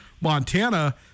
Montana